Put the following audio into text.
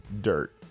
dirt